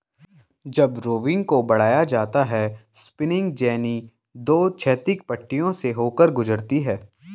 जब रोविंग को बढ़ाया जाता है स्पिनिंग जेनी दो क्षैतिज पट्टियों से होकर गुजरती है